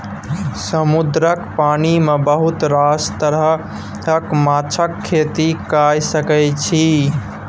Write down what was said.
समुद्रक पानि मे बहुत रास तरहक माछक खेती कए सकैत छी